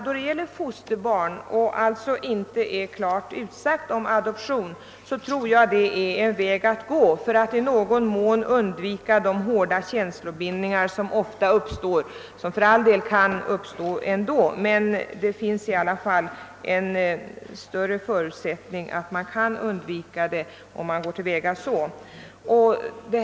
Då det gäller fosterbarn och då det inte finns något klart utsagt om adoption tror jag att detta kan vara en väg att gå för att i någon mån undvika de hårda känslobindningar som ofta uppstår. Sådana kan för all del uppstå ändå, men det finns i alla fall större förutsättningar att undvika dem vid det nämnda tillvägagångssättet.